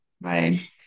Right